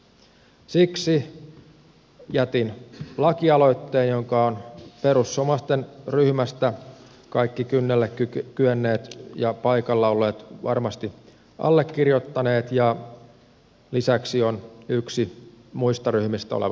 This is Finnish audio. siksi jätin lakialoitteen jonka ovat perussuomalaisten ryhmästä kaikki kynnelle kyenneet ja paikalla olleet varmasti allekirjoittaneet ja lisäksi on yksi muusta ryhmästä oleva allekirjoittaja